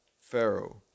Pharaoh